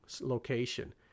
location